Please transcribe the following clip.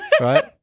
right